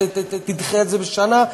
תדחה את זה בשנה.